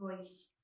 voice